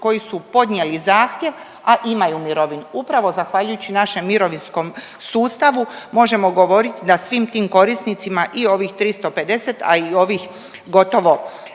koji su podnijeli zahtjev, a imaju mirovinu. Upravo zahvaljujući našem mirovinskom sustavu možemo govoriti da svim tim korisnicima i ovih 350, a i ovih gotovo